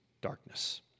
darkness